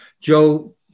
Joe